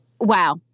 Wow